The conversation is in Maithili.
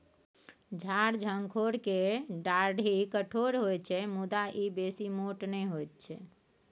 झार झंखोर केर डाढ़ि कठोर होइत छै मुदा ई बेसी मोट नहि होइत छै